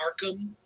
Arkham